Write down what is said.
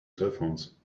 cellphones